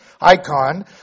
icon